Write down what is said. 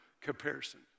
comparison